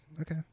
Okay